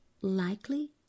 likely